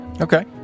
Okay